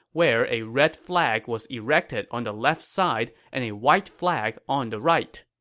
where a red flag was erected on the left side and a white flag on the right.